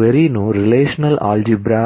query translator